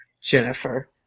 Jennifer